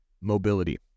mobility